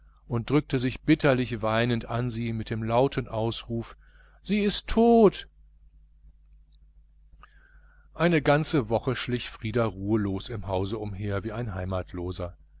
und drückte sich bitterlich weinend an sie mit dem lauten ausruf sie ist tot eine ganze woche schlich frieder ruhelos im hause umher wie ein heimatloser